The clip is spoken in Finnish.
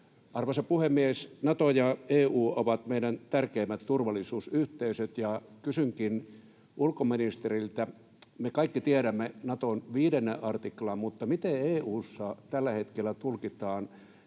Arvoisa puhemies! Nato ja EU ovat meidän tärkeimmät turvallisuusyhteisöt, ja kysynkin ulkoministeriltä: Me kaikki tiedämme Naton 5 artiklan, mutta miten EU:ssa tällä hetkellä tulkitaan